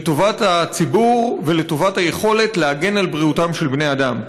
לטובת הציבור ולטובת היכולת להגן על בריאותם של בני אדם.